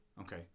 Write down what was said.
Okay